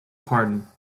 pardon